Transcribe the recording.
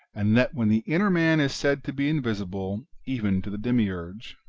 and that when the inner man is said to be invisible even to the demiurge.